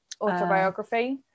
autobiography